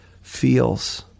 feels